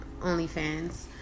OnlyFans